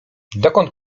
dokąd